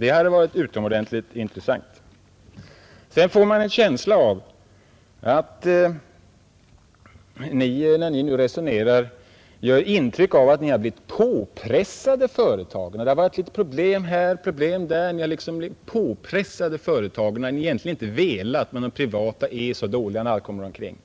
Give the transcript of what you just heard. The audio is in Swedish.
Det skulle ha varit utomordentligt intressant. Vidare får man en känsla av att Ni nu resonerar som om Ni ville ge det intrycket att Ni blivit påpressad företagen — det har som sagt varit problem här och där, och så har företagen pressats på Er; Ni har egentligen inte velat det, men de privata företagen är ju så dåliga när allt kommer omkring!